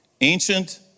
ancient